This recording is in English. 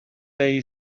they